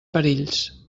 perills